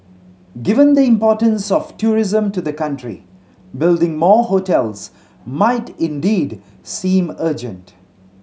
given the importance of tourism to the country building more hotels might indeed seem urgent